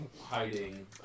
hiding